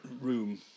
Room